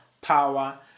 power